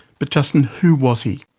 but, justin, who was he?